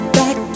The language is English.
back